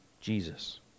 Jesus